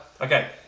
okay